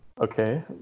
Okay